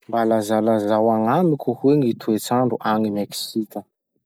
Mba lazalazao agnamiko hoe gny toetsandro agny Meksika?